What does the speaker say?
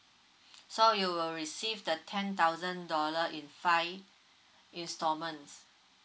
so you will receive the ten thousand dollar in five installments